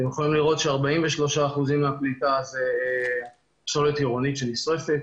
אתם יכולים לראות ש-43% מהפליטה זה פסולת עירונית שנשרפת,